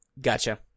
Gotcha